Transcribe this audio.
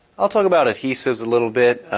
i'll talk about adhesives a little bit.